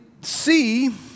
see